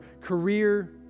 career